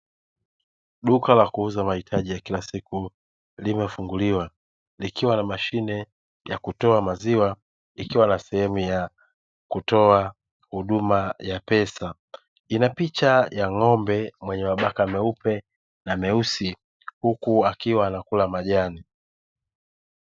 Duka la kuuza mahitaji ya kila siku limefunguliwa, likiwa na mashine ya kutoa maziwa. Ikiwa na sehemu ya kutoa huduma ya pesa, ina picha ya ng'ombe mwenye mabaka meupe na meusi, huku akiwa anakula majani.